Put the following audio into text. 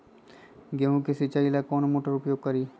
गेंहू के सिंचाई ला कौन मोटर उपयोग करी?